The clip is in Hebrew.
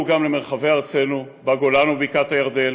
גם למרחבי ארצנו בגולן ובבקעת הירדן,